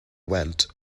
went